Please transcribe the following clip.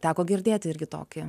teko girdėti irgi tokį